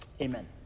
Amen